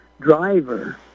driver